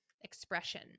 expression